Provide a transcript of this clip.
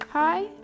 Hi